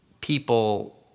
people